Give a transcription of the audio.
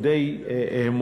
הוא די מוגבל.